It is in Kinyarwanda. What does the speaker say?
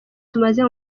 tumaze